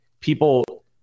people